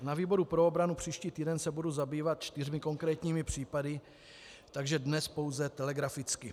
Na výboru pro obranu příští týden se budu zabývat čtyřmi konkrétními případy, takže dnes pouze telegraficky.